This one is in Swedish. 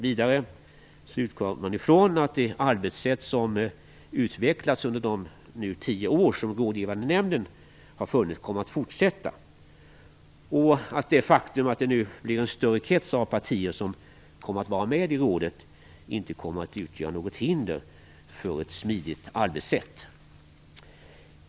Vidare utgår man ifrån att det arbetssätt som utvecklats under de tio år som den rådgivande nämnden funnits kommer att fortsätta att gälla, och att det faktum att en större krets av partier kommer att vara med inte skall utgöra något hinder för ett smidigt arbetssätt.